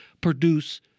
produce